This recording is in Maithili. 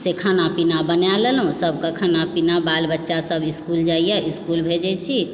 से खाना पीना बना लेलहुँ सबके खाना पीना बाल बच्चा सब इसकुल जाइए इसकुल भेजै छी